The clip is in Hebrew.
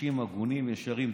אנשים הגונים, ישרים.